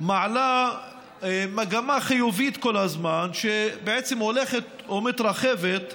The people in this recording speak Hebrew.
מעלה מגמה חיובית כל הזמן, שבעצם הולכת ומתרחבת,